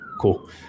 Cool